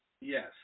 Yes